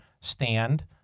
stand